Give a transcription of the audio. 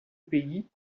pays